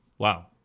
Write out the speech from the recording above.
Wow